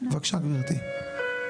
בבקשה גברתי.